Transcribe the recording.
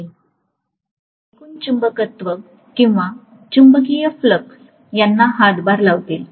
हे दोघे मिळून एकूण चुंबकत्व किंवा चुंबकीय फ्लक्स याना हातभार लावतील